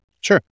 Sure